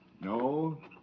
No